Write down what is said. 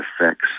effects